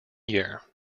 year